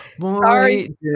Sorry